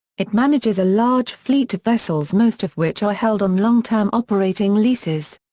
it manages a large fleet of vessels most of which are held on long-term operating leases.